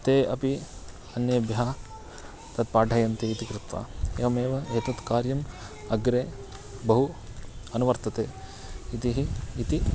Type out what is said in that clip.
ते अपि अन्येभ्यः तत्पाठयन्ति इति कृत्वा एवमेव एतत् कार्यम् अग्रे बहु अनुवर्तते इति इति